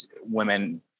women